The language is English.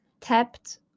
tapped